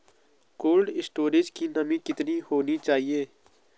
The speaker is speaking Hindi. कोल्ड स्टोरेज की नमी कितनी होनी चाहिए?